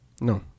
No